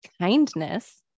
kindness